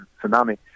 tsunami